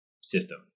system